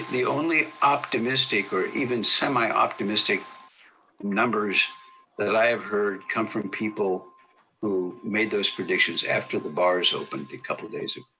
the only optimistic, or even semi-optimistic numbers that i've heard come from people who made those predictions after the bars opened a couple of days ago.